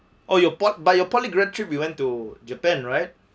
oh your port but your poly grad trip we went to japan right